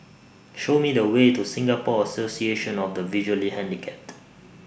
Show Me The Way to Singapore Association of The Visually Handicapped